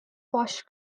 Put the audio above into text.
posh